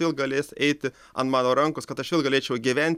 vėl galės eiti an mano rankos kad aš vėl galėčiau gyventi